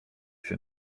się